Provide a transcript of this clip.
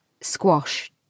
squash